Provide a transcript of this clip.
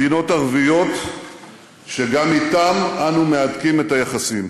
מדינות ערביות שגם אתן אנו מהדקים את היחסים.